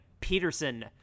Peterson